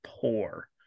poor